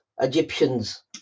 Egyptians